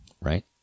right